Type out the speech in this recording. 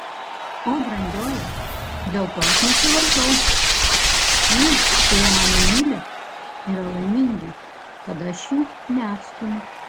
o brangioji dėl to aš nesivaržau tie kurie mane myli yra laimingi kad aš jų neatstumiu